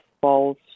false